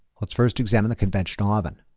let's first examine the conventional oven.